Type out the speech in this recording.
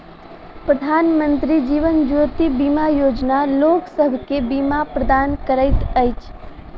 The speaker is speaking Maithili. प्रधानमंत्री जीवन ज्योति बीमा योजना लोकसभ के बीमा प्रदान करैत अछि